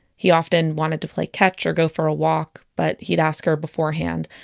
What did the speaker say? he often wanted to play catch or go for a walk, but he'd ask her beforehand,